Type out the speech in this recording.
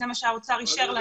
זה מה שהאוצר אישר לנו.